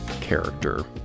character